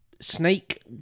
Snake